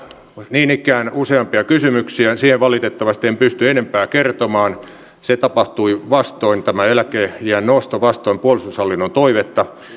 niin ikään useampia kysymyksiä siitä valitettavasti en pysty enempää kertomaan se tapahtui tämä eläkeiän nosto vastoin puolustushallinnon toivetta